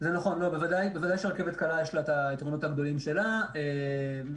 בוודאי שלרכבת קלה יש את היתרונות הגדולים שלה לצד